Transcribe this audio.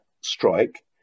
strike